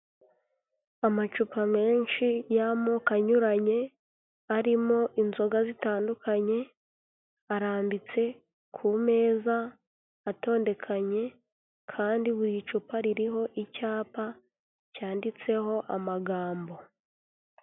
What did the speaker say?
Amacupa menshi y'amoko anyuranye, arimo inzoga zitandukanye, arambitse ku meza, atondekanye kandi buri cupa ririho icyapa cyanditseho amagambo.